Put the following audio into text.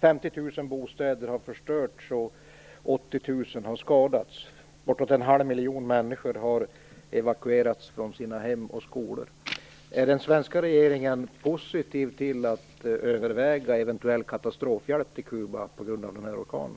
50 000 bostäder har förstörts och 80 000 har skadats. Bortåt en halv miljon människor har evakuerats från sina hem och skolor. Är den svenska regeringen positiv till att överväga eventuell katastrofhjälp till Kuba på grund av orkanen?